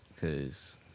Cause